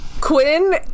Quinn